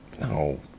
No